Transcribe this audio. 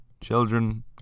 children